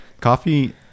Coffee